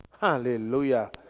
Hallelujah